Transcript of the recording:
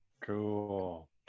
Cool